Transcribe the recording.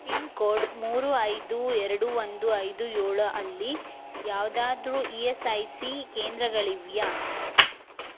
pin code ಮೂರು ಐದು ಎರಡು ಒಂದು ಐದು ಏಳು ಅಲ್ಲಿ ಯಾವುದಾದ್ರೂ ಇ ಎಸ್ ಐ ಸಿ ಕೇಂದ್ರಗಳಿವೆಯಾ